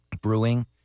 Brewing